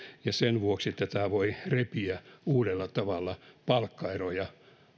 ja sen vuoksi tämä voi repiä uudella tavalla palkkaeroja